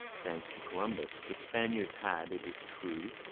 thanks to columbus, the spaniards had, it is true,